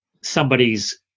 somebody's